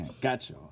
Gotcha